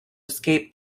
escape